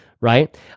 right